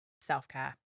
self-care